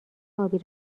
ابی